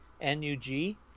N-U-G